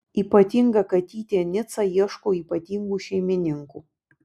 ypatinga katytė nica ieško ypatingų šeimininkų